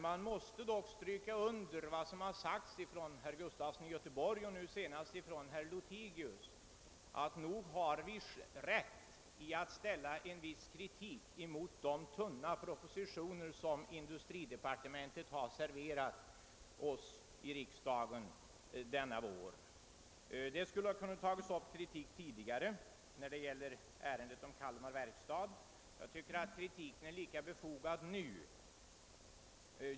Man måste dock understryka vad som tidigare sagts av herr Gustafson i Göteborg och nu av herr Lothigius, att nog finns det fog för att rikta en viss kritik mot de tunna propositioner som industridepartementet har serverat riksdagen denna vår. Detta skulle ha kunnat ske även beträffande propositionen om Kalmar verkstads AB.